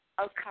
Okay